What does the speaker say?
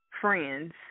Friends